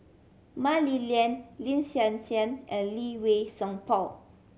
Mah Li Lian Lin Hsin Hsin and Lee Wei Song Paul